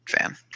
fan